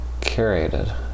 curated